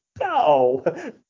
No